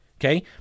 okay